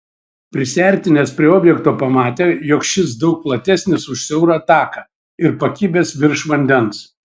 prisiartinęs prie objekto pamatė jog šis daug platesnis už siaurą taką ir pakibęs virš vandens